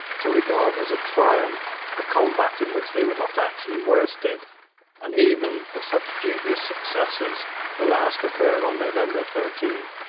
to regard as a triumph a combat in which they were not actually worsted and even of such dubious successes the last occurred on november thirteen,